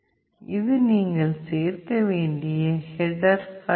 h இது நீங்கள் சேர்க்க வேண்டிய ஹெட்டர் பைல்